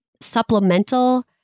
supplemental